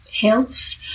health